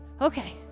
okay